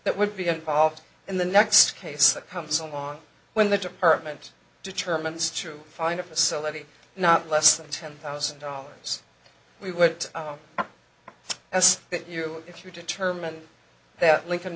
that would be involved in the next case that comes along when the department determines to find a facility not less than ten thousand dollars we would guess that you if you determine that lincoln